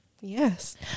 Yes